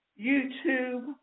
YouTube